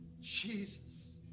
Jesus